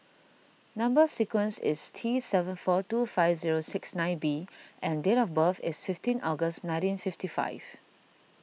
Number Sequence is T seven four two five zero six nine B and date of birth is fifteen August nineteen fifty five